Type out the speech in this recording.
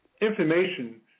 information